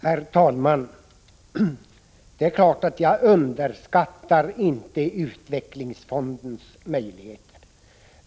Herr talman! Det är klart att jag inte underskattar utvecklingsfondens möjligheter.